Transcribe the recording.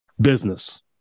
business